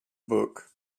book